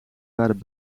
waren